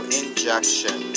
injection